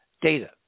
data